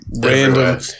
random